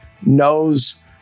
knows